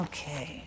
Okay